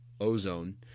ozone